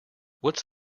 what’s